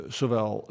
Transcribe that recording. zowel